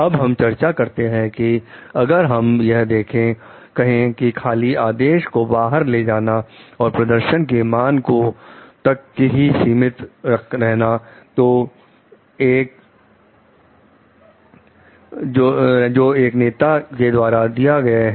अब हम चर्चा करते हैं कि अगर हम यह कहें कि खाली आदेश को बाहर ले जाना और प्रदर्शन के मान को तक ही सीमित रहना जो एक नेता के द्वारा दिए गए हैं